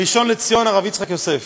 הראשון לציון הרב יצחק יוסף.